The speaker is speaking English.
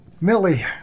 Millie